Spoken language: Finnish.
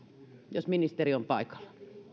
jos ministeri on paikalla